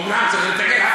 אומנם צריך לתקן,